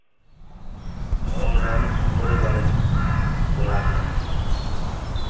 ᱨᱮᱱ ᱯᱚᱨᱤᱵᱟᱨ ᱨᱮᱱ ᱠᱚᱲᱟ ᱠᱟᱱᱟᱧ